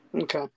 Okay